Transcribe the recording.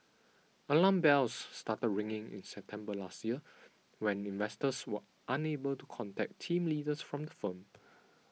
alarm bells started ringing in September last year when investors were unable to contact team leaders from the firm